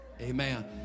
Amen